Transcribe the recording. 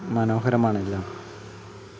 മനോഹരമാണ് എല്ലാം